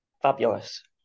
fabulous